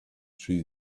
true